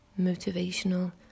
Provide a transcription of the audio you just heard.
motivational